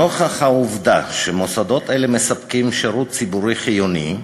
נוכח העובדה שמוסדות אלה מספקים שירות ציבורי חיוני,